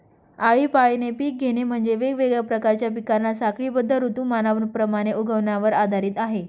आळीपाळीने पिक घेणे म्हणजे, वेगवेगळ्या प्रकारच्या पिकांना साखळीबद्ध ऋतुमानाप्रमाणे उगवण्यावर आधारित आहे